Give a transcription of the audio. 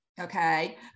Okay